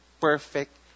perfect